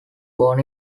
born